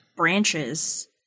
branches